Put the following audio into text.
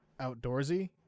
outdoorsy